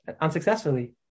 unsuccessfully